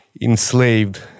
enslaved